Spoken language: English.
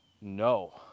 no